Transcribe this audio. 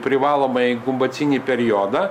privalomą inkubacinį periodą